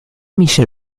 michel